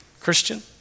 Christian